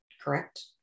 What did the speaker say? correct